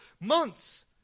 months